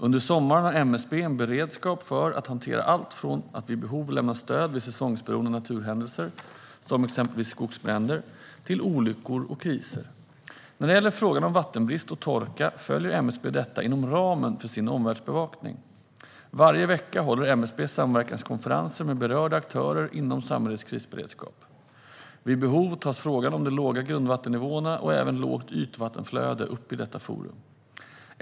Under sommaren har MSB en beredskap för att hantera allt från att vid behov lämna stöd vid säsongsberoende naturhändelser, som exempelvis skogsbränder, till olyckor och kriser. När det gäller frågan om vattenbrist och torka följer MSB detta inom ramen för sin omvärldsbevakning. Varje vecka håller MSB samverkanskonferenser med berörda aktörer inom samhällets krisberedskap. Vid behov tas frågan om de låga grundvattennivåerna och även lågt ytvattenflöde upp i detta forum.